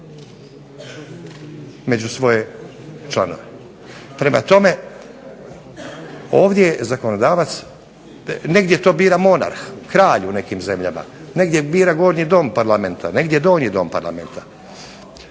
među svoje članove. Prema tome ovdje je zakonodavac, negdje to bira monarh, kralj u nekim zemljama, negdje bira gornji dom Parlamenta, negdje donji dom Parlamenta.